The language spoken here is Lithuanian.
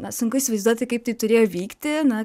na sunku įsivaizduoti kaip tai turėjo vykti na